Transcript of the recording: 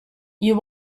you